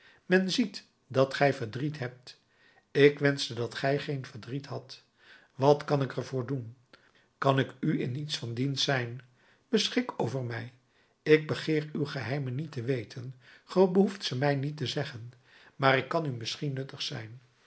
men ziet dat gij verdriet hebt ik wenschte dat gij geen verdriet hadt wat kan ik er voor doen kan ik u in iets van dienst zijn beschik over mij ik begeer uw geheimen niet te weten ge behoeft ze mij niet te zeggen maar ik kan u misschien nuttig zijn